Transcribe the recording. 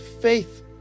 faith